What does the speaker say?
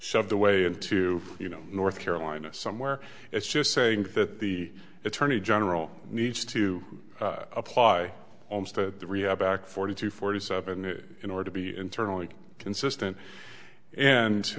shoved away into you know north carolina somewhere it's just saying that the attorney general needs to apply to the rehab act forty two forty seven in order to be internally consistent and